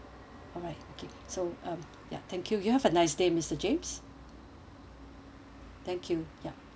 alright so um ya thank you you have a nice day mister james thank you ya